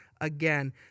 again